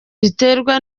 biterwa